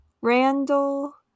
Randall